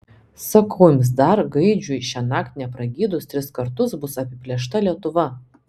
sakau jums dar gaidžiui šiąnakt nepragydus tris kartus bus apiplėšta lietuva